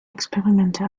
experimente